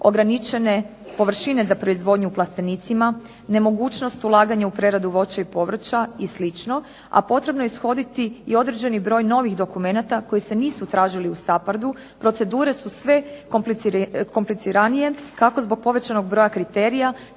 ograničene površine za proizvodnju u plastenicima, nemogućnost ulaganja u preradu voća i povrća i sl. a potrebno je ishodili i određeni broj novih dokumenata koji se nisu tražili u SAPHARD-u, procedure su sve kompliciranije kako zbog povećanog broja kriterija,